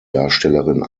darstellerin